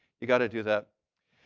you got to do that.